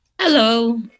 Hello